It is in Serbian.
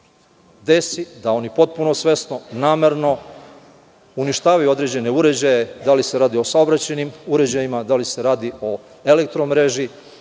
desi i da oni potpuno svesno, namerno uništavaju određene uređaje, da li se tu radi o saobraćajnim uređajima, da li se radi o elektro mreži,